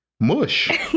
mush